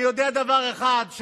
אני יודע דבר אחד,